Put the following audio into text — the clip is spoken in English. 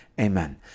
Amen